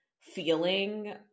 feeling